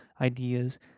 ideas